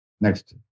Next